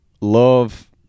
love